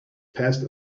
past